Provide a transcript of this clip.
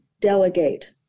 delegate